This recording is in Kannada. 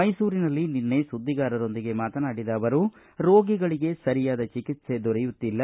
ಮೈಸೂರಿನಲ್ಲಿ ನಿನ್ನೆ ಸುದ್ದಿಗಾರರೊಂದಿಗೆ ಮಾತನಾಡಿದ ಅವರು ರೋಗಿಗಳಿಗೆ ಸರಿಯಾದ ಚಿಕಿತ್ಸೆ ದೊರೆಯುತ್ತಿಲ್ಲ